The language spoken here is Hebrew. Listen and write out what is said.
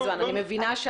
לא --- אני מבינה,